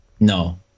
No